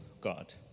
God